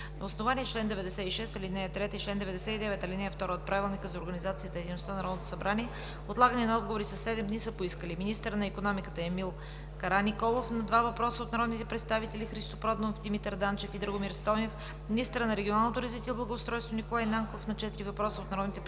На основание чл. 96, ал. 3 и чл. 99, ал. 2 от Правилника за организацията и дейността на Народното събрание, отлагане на отговори със седем дни са поискали: - министърът на икономиката Емил Караниколов – на два въпроса от народните представители Христо Проданов; и Димитър Данчев и Драгомир Стойнев; - министърът на регионалното развитие и благоустройството Николай Нанков – на четири въпроса от народните представители